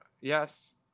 Yes